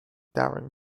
darren